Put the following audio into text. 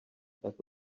that